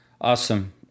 Awesome